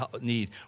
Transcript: need